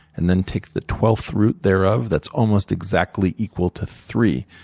and then take the twelfth root thereof, that's almost exactly equal to three.